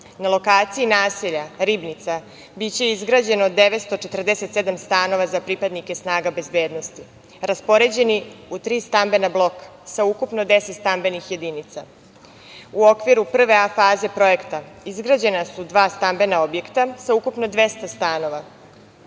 na lokaciji naselja Ribnica biće izgrađeno 947 stanova za pripadnike snaga bezbednosti, raspoređeni u tri stambena bloka sa ukupno 10 stambenih jedinica. U okviru prve A faze projekta izgrađena su dva stambena objekta, sa ukupno 200 stanova.